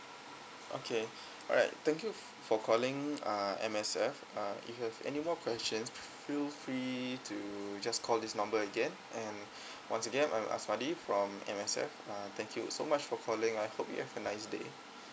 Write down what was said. okay alright thank you f~ for calling uh M_S_F uh if you have anymore questions feel free to just call this number again and once again I'm azbadi from M_S_F uh thank you so much for calling I hope you have a nice day